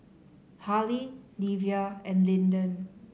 Hali Livia and Lyndon